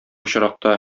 очракта